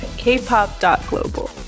Kpop.global